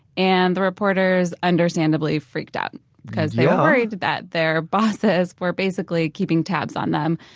and the reporters understandably freaked out because they were worried that their bosses were basically keeping tabs on them,